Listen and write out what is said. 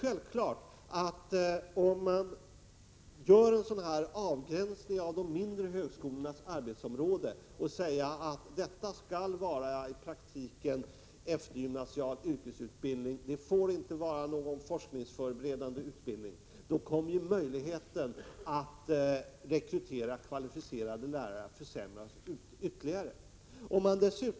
Om man gör en avgränsning av de mindre högskolornas arbetsområde och säger att detta i praktiken skall vara eftergymnasial yrkesutbildning och att det inte får handla om forskningsförberedande utbildning, då kommer möjligheten att rekrytera kvalificerade lärare att ytterligare försämras.